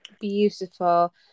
Beautiful